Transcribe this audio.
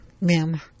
Ma'am